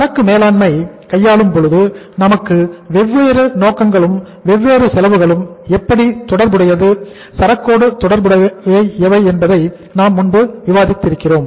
சரக்கு மேலாண்மை கையாளும் பொழுது நமக்கு வெவ்வேறு நோக்கங்களும் வெவ்வேறு செலவுகளும் எப்படி தொடர்புடையது சரக்கோடு தொடர்புடையவை என்பதைப் பற்றி நாம் முன்பு விவாதித்திருக்கிறோம்